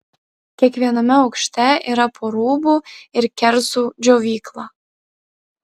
kiekviename aukšte yra po rūbų ir kerzų džiovyklą